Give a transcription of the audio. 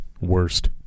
worst